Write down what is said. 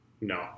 No